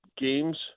games